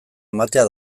ematea